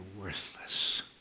worthless